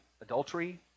adultery